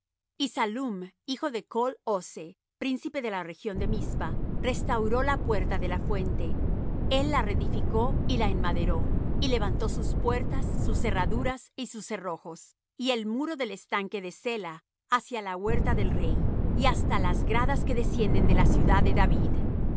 y sallum hijo de chl hoce príncipe de la región de mizpa restauró la puerta de la fuente él la reedificó y la enmaderó y levantó sus puertas sus cerraduras y sus cerrojos y el muro del estanque de selah hacia la huerta del rey y hasta las gradas que descienden de la ciudad de david